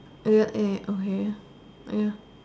A a okay ya ya